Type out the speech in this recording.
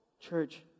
Church